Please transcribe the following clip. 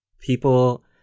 People